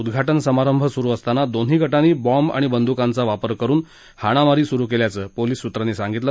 उद्घाटन समारंभ सुरु असताना दोन्ही गटांनी बाँब आणि बंदुकांचा वापर करुन हाणामारी सुरु केल्याचं पोलीस सूत्रांनी सांगितलं